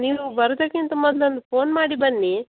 ನೀವು ಬರುದಕ್ಕಿಂತ ಮೊದ್ಲು ಒಂದು ಫೋನ್ ಮಾಡಿ ಬನ್ನಿ